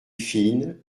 fine